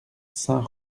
saint